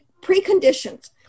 preconditions